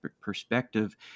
perspective